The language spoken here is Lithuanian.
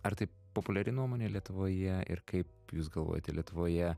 ar tai populiari nuomonė lietuvoje ir kaip jūs galvojate lietuvoje